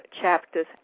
chapters